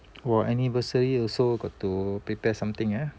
!wah! anniversary also got to prepare something ah